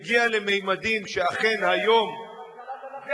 שאכן היום, זה אתם.